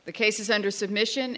the case is under submission